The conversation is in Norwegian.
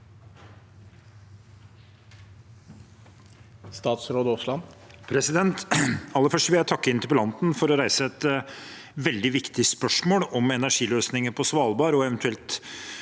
Aller først vil jeg takke interpellanten for å reise et veldig viktig spørsmål om energiløsninger på Svalbard og hvordan